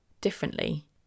differently